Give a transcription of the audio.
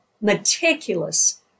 meticulous